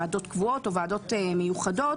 ועדות קבועות או ועדות מיוחדות,